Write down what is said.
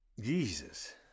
Jesus